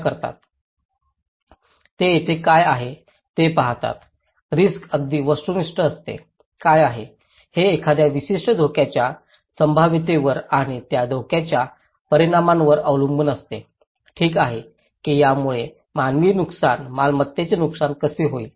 ते तेथे काय आहे ते पाहतात रिस्क अगदी वस्तुनिष्ठ असते काय आहे हे एखाद्या विशिष्ट धोक्याच्या संभाव्यतेवर आणि त्या धोक्याच्या परिणामावर अवलंबून असते ठीक आहे की यामुळे मानवी नुकसान मालमत्तेचे नुकसान कसे होईल